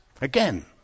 again